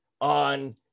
on